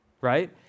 right